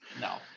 No